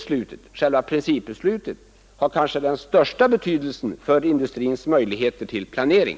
Själva principbeslutet har kanske den största betydelsen för industrins möjligheter till planering.